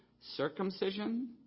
circumcision